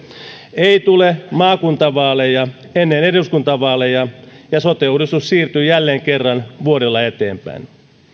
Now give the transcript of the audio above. ei tule maakuntavaaleja ennen eduskuntavaaleja ja sote uudistus siirtyi jälleen kerran vuodella eteenpäin